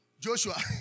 Joshua